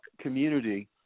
community